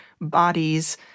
bodies